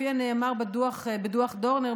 לפי הנאמר בדוח דורנר,